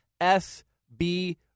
SB